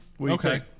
Okay